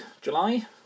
July